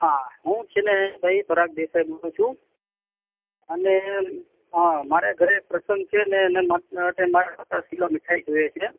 હું છેને ભાઈ પરાગ દેસાઈ બોલું છું અને હા મારે ઘરે પ્રસંગ છેને એના માટે મને પચાસ કિલો મીઠાઈ જોઈએ છે